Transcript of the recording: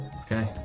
Okay